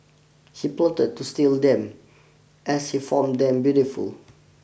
he plotted to steal them as he fond them beautiful